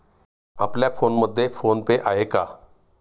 आपल्या फोनमध्ये PhonePe आहे का?